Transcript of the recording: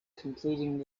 completing